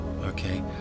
okay